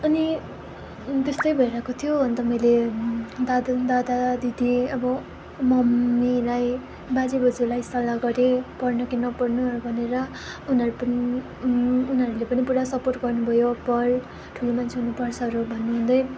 अनि त्यस्तै भइरहेको थियो अनि मैले दादा दादा दादी अब मम्मीलाई बाजे बज्यूलाई सल्लाह गरेँ पढ्नु कि नपढ्नुहरू भनेर उनीहरू पनि उनीहरूले पनि पुरा सपोर्ट गर्नुभयो पढ् ठुलो मान्छे हुनुपर्छहरू भन्दै